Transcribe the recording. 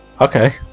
okay